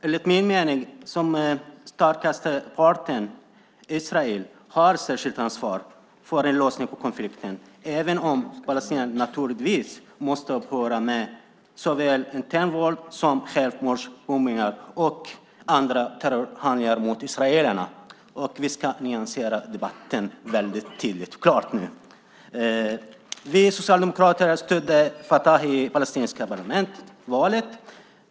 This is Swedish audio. Enligt min mening har Israel som den starkaste parten ett särskilt ansvar för en lösning på konflikten, även om palestinierna naturligtvis måste upphöra med såväl internt våld som självmordsbombningar och andra terrorhandlingar mot israelerna. Vi ska nyansera debatten väldigt tydligt och klart nu. Vi socialdemokrater stödde al-Fatah i det palestinska parlamentsvalet.